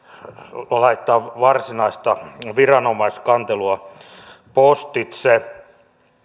laittaa varsinaista viranomaiskantelua postitse